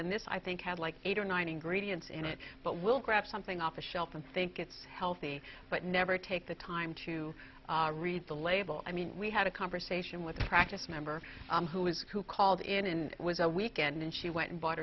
and this i think had like eight or nine ingredients in it but will grab something off the shelf and think it's healthy but never take the time to read the label i mean we had a conversation with a practice member who was who called in and it was a weekend and she went and bought